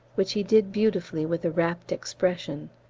which he did beautifully with a wrapt expression.